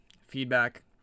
feedback